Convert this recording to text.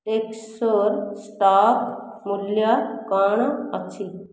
ଟେସ୍କୋର stock ମୂଲ୍ୟ କ'ଣ ଅଛି